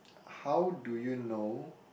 how do you know